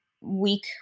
week